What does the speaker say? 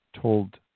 told